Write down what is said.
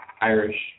Irish